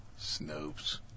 Snopes